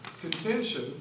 contention